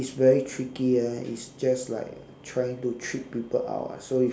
is very tricky ah is just like trying to trick people out ah so you